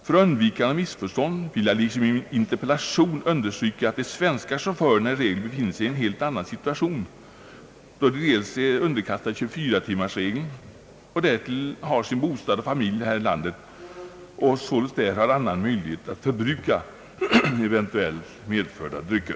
Till undvikande av missförstånd vill jag, liksom jag gjorde i min interpellation, understryka att de svenska chaufförerna i regel befinner sig i en helt annan situation, då de dels är underkastade 24-timmarsregeln och därtill har sin bostad och familj här i landet och således här har en annan möjlighet att förbruka eventuellt medförda drycker.